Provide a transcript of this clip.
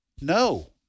No